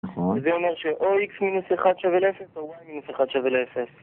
זה אומר שאו X-1 שווה ל-0 או Y-1 שווה ל-0